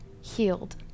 healed